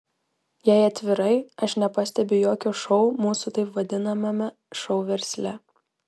jei atvirai aš nepastebiu jokio šou mūsų taip vadinamame šou versle